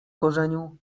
korzeniu